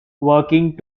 working